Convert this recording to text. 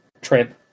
trip